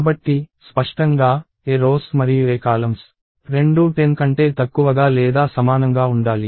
కాబట్టి స్పష్టంగా A rows మరియు A కాలమ్స్ రెండూ 10 కంటే తక్కువగా లేదా సమానంగా ఉండాలి